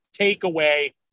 takeaway